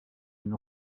une